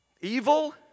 Evil